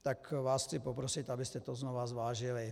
Tak vás chci poprosit, abyste to znovu zvážili.